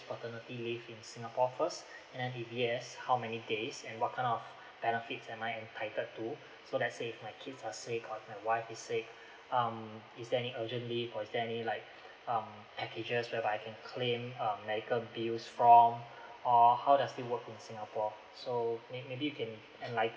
paternity leave in singapore first and then if yes how many days and what kind of benefits am I entitled to so let's say if my kids are sick or my wife is sick um is there any urgent leave or is there any like um packages whereby I can claim um medical bills from or how does it work in singapore so may maybe they can enlighten